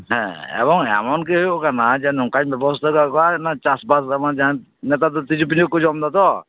ᱦᱮᱸ ᱮᱵᱚᱝ ᱮᱢᱚᱱ ᱜᱮ ᱦᱩᱭᱩᱜ ᱠᱟᱱᱟ ᱡᱮ ᱱᱚᱝᱠᱟᱱ ᱵᱮᱵᱚᱥᱛᱟ ᱟᱠᱟᱫ ᱠᱚᱣᱟ ᱪᱟᱥ ᱵᱟᱥ ᱡᱟᱦᱟᱱ ᱱᱮᱛᱟᱨ ᱫᱚ ᱛᱤᱡᱩ ᱯᱤᱡᱩ ᱦᱚᱸᱠᱚ ᱡᱚᱢ ᱮᱫᱟ ᱛᱳ